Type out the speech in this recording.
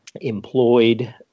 employed